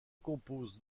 compose